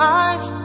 eyes